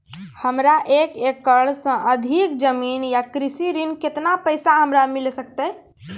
हमरा एक एकरऽ सऽ अधिक जमीन या कृषि ऋण केतना पैसा हमरा मिल सकत?